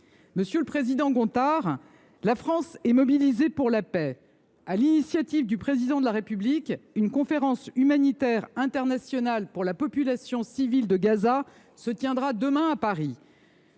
Monsieur le président Gontard, la France est mobilisée pour la paix. Sur l’initiative du Président de la République, une conférence humanitaire internationale pour la population civile de Gaza se tiendra demain à Paris.